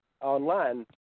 online